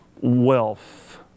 wealth